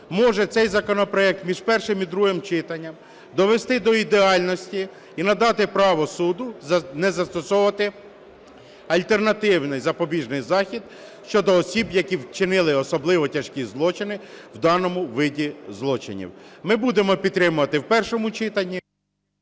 може цей законопроект між першим і другим читанням довести до ідеальності і надати право суду не застосовувати альтернативний запобіжний захід щодо осіб, які вчинили особливо тяжкі злочини в даному виді злочинів. Ми будемо підтримувати в першому читанні...